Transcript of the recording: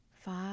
five